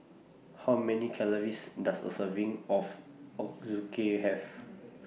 How Many Calories Does A Serving of Ochazuke Have